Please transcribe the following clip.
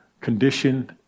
condition